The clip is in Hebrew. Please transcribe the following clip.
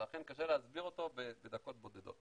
לכן קשה להסביר אותו בדקות בודדות.